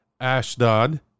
Ashdod